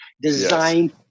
designed